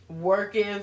working